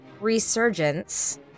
resurgence